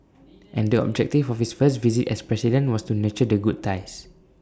and the objective of his first visit as president was to nurture the good ties